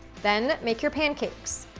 then make your pancakes.